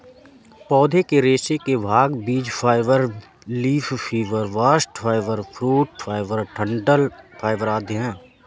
पौधे के रेशे के भाग बीज fibre, leaf fibre, bast fibre, fruit fibre, डंठल फाइबर आदि है